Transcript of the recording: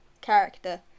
character